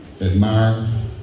admire